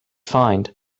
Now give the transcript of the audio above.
find